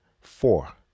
four